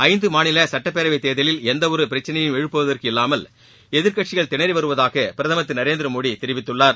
ஐந்து மாநில சட்டப்பேரவைத் தேர்தலில் எந்தவொரு பிரக்சினையையும் எழுப்புவதற்கு இல்லாமல் எதிர்க்கட்சிகள் திணறி வருவதாக பிரதமர் திரு நரேந்திர மோடி தெரிவித்துள்ளார்